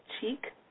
Cheek